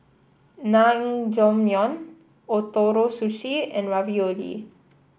Naengmyeon Ootoro Sushi and Ravioli